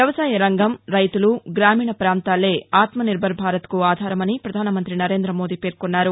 వ్యవసాయ రంగం రైతులు గ్రామీణ పాంతాలే ఆత్ననిర్బర్ భారత్కు ఆధారమని పధాన ను మంతి నరేంద మోదీ పేర్కొన్నారు